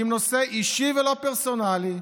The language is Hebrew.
עם נושא אישי ולא פרסונלי.